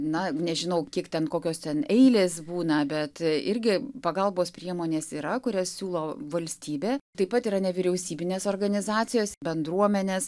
na nežinau kiek ten kokios ten eilės būna bet irgi pagalbos priemonės yra kurias siūlo valstybė taip pat yra nevyriausybinės organizacijos bendruomenės